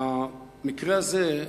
המקרה הזה,